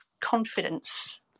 confidence